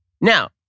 Now